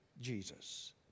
Jesus